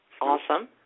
Awesome